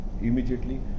immediately